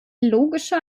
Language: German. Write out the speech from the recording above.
logischer